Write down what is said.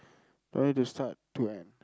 no need to start to end